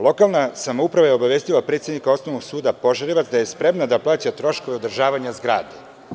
Lokalna samouprava je obavestila predsednika Osnovnog suda Požarevac da je spremna da plaća troškove održavanja zgrade.